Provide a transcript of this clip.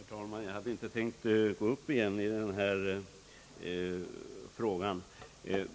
Herr talman! Jag hade inte tänkt yttra mig mer i denna fråga.